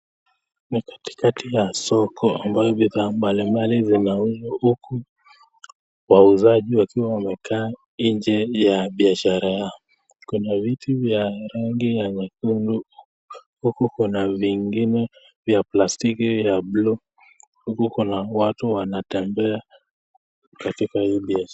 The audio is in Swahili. Ni katikati ya soko ambapo bidhaa mbalimbali zinauzwa huku wauzaji wakiwa wamekaa nje ya biashara yao kwenye viti vya rangi ya nyekundu, huku kuna vingine vya plastiki ya bluu, huku kuna watu wanatembea katika hii.